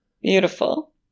Beautiful